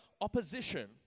opposition